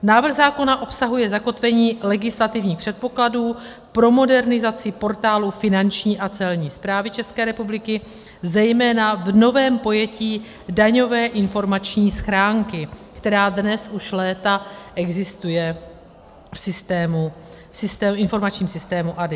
Návrh zákona obsahuje zakotvení legislativních předpokladů pro modernizaci portálu Finanční a Celní správy České republiky, zejména v novém pojetí daňové informační schránky, která dnes u léta existuje v informačním systému ADIS.